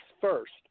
first